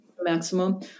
maximum